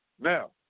Now